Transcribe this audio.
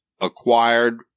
acquired